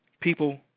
People